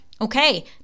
okay